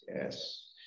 yes